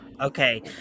Okay